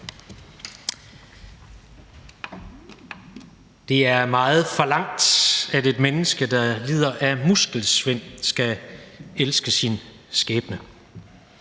Det er meget forlangt, at et menneske, der lider af muskelsvind, skal elske sin skæbne.